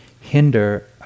hinder